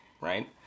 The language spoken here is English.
right